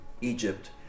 Egypt